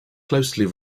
closely